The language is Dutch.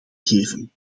geven